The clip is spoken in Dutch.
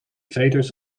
veters